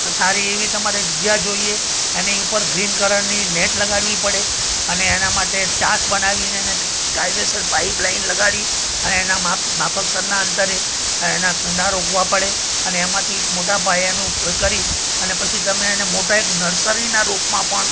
તો સારી એવી તમારે જગ્યા જોઈએ એની ઉપર ગ્રીન કલરની નેટ લગાડવી પડે અને એના માટે ચાસ બનાવીને એને કાયદેસર પાઇપલાઇન લગાડી અને એના માપ માફકસરનાં અંતરે એના કુંડા રોપવા પડે અને એમાંથી મોટા પાયાનું કરી અને પછી તમે એને મોટા એક નર્સરીનાં રૂપમાં પણ